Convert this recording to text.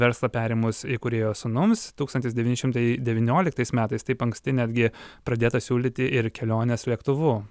verslą perėmus įkūrėjo sūnums tūkstantis devyni šimtai devynioliktais metais taip anksti netgi pradėta siūlyti ir keliones lėktuvu